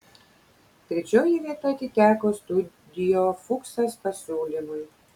trečioji vieta atiteko studio fuksas pasiūlymui